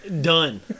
done